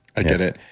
i get it.